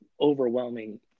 overwhelming